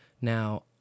Now